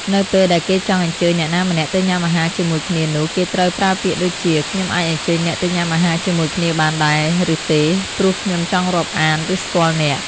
នៅពេលដែលគេចង់អញ្ចើញអ្នកណាម្នាក់ទៅញ៊ាំអាហារជាមួយគ្នានោះគេត្រូវប្រើពាក្យដូចជា "ខ្ញុំអាចអញ្ជើញអ្នកទៅញ៉ាំអាហារជាមួយគ្នាបានដែរ ឬទេ ព្រោះខ្ញុំចង់រាប់អាន ឬស្គាល់អ្នក" ។